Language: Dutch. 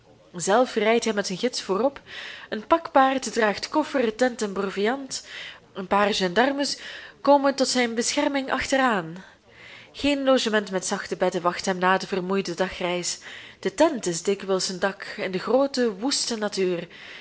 zelf rijdt hij met zijn gids voorop een pakpaard draagt koffer tent en proviand een paar gendarmes komen tot zijn bescherming achteraan geen logement met zachte bedden wacht hem na de vermoeide dagreis de tent is dikwijls zijn dak in de groote woeste natuur